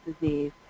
disease